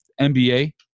NBA